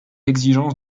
exigences